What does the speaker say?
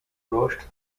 lost